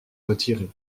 retiré